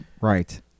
Right